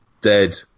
dead